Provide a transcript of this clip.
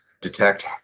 detect